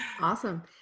Awesome